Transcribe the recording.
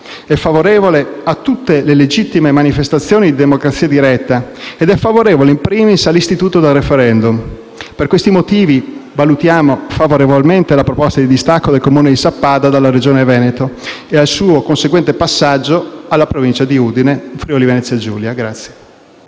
È favorevole a tutte le legittime manifestazioni di democrazia diretta ed è favorevole, *in primis*, all'istituto del *referendum*. Per questi motivi, valutiamo favorevolmente la proposta di distacco del Comune di Sappada dalla Regione Veneto e il suo conseguente passaggio alla Provincia di Udine, in Friuli-Venezia Giulia.